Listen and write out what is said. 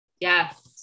Yes